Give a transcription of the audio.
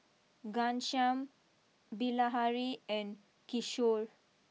Ghanshyam Bilahari and Kishore